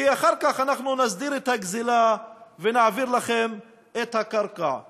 אחר כך אנחנו נסדיר את הגזלה ונעביר לכם את הקרקע.